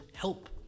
help